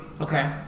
Okay